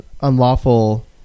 unlawful